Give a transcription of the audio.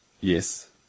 Yes